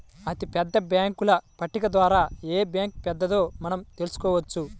అతిపెద్ద బ్యేంకుల పట్టిక ద్వారా ఏ బ్యాంక్ పెద్దదో మనం తెలుసుకోవచ్చు